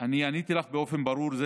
אני עניתי לך באופן ברור.